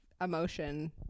emotion